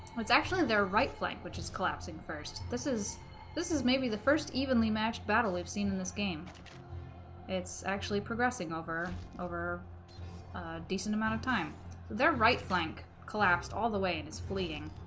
it's actually their right flank which is collapsing first this is this is maybe the first evenly-matched battle we've seen in this game it's actually progressing over over a decent amount of time their right flank collapsed all the way in is fleeing